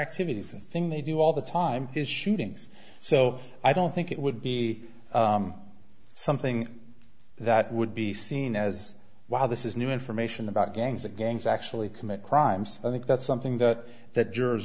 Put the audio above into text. activities and thing they do all the time is shootings so i don't think it would be something that would be seen as wow this is new information about gangs that gangs actually commit crimes i think that's something that that jurors